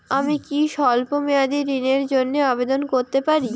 আমি কি স্বল্প মেয়াদি ঋণের জন্যে আবেদন করতে পারি?